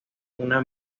una